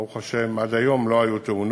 ברוך השם, עד היום לא היו תאונות.